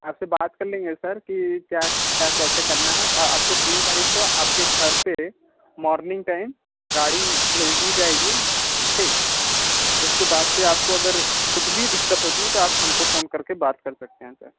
आप से बात कर लेंगे सर कि क्या क्या कैसे करना है और आपको तीन तारीख को आपके घर पर मोर्निंग टाइम गाड़ी भेज दी जाएगी ठीक तो उसके बाद भी आपको अगर कुछ भी दिक्कत होती है तो आप हम को फोन करके बात कर सकते हैं सर